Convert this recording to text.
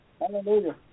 Hallelujah